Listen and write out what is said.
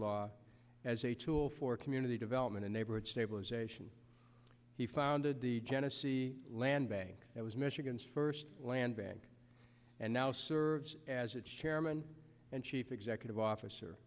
law as a tool for community development and neighborhood stabilization he founded the tennessee land bank that was michigan's first land bank and now serves as its chairman and chief executive officer